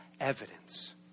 evidence